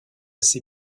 ses